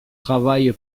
travaille